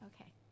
Okay